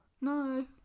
No